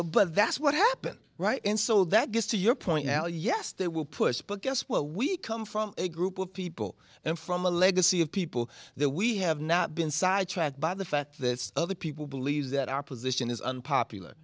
but that's what happened right and so that gets to your point now yes they will push but yes well we come from a group of people and from a legacy of people that we have not been sidetracked by the fact that other people believe that our position is unpopular